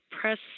press